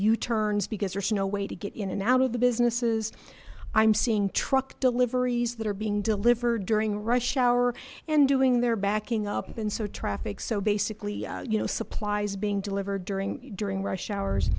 u turns because there's no way to get in and out of the businesses i'm seeing truck deliveries that are being delivered during rush hour and doing their backing up and so traffic so basically you know supplies being delivered during during rush hours